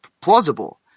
plausible